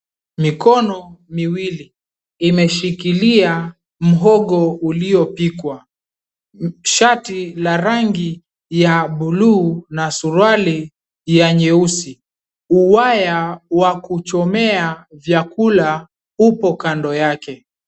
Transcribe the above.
Mikono miwili imeshikilia mhogo uliopikwa. Shati la rangi ya buluu na suruali nyeusi. Uwaya wa kuchomea vyakula upo kando yake.